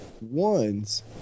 ones